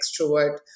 extrovert